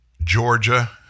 Georgia